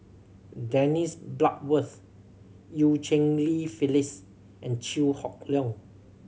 Dennis Bloodworth Eu Cheng Li Phyllis and Chew Hock Leong